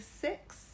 six